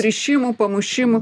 rišimų pamušimų